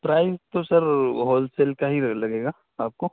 price تو sir wholesale کا ہی لگے گا آپ کو